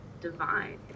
divine